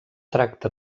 tracta